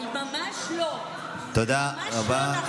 תודה רבה.